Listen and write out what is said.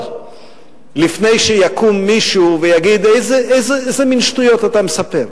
לפני שיקום מישהו ויגיד: איזה מין שטויות אתה מספר?